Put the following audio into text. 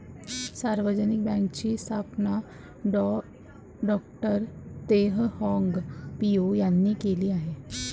सार्वजनिक बँकेची स्थापना डॉ तेह हाँग पिओ यांनी केली आहे